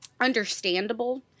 understandable